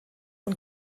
und